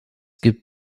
gibt